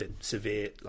severe